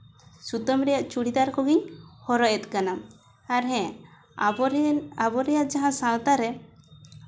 ᱥᱩᱛᱟᱹᱢ ᱨᱮᱭᱟᱜ ᱪᱩᱲᱤᱫᱟᱨ ᱠᱚᱜᱮᱧ ᱦᱚᱨᱚᱜ ᱮᱫ ᱠᱟᱱᱟ ᱟᱨ ᱦᱮᱸ ᱟᱵᱚ ᱨᱮᱱ ᱟᱵᱚ ᱨᱮᱭᱟᱜ ᱡᱟᱦᱟᱸ ᱥᱟᱶᱛᱟ ᱨᱮ